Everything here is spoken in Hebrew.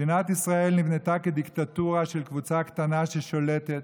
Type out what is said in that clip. מדינת ישראל נבנתה כדיקטטורה של קבוצה קטנה ששולטת.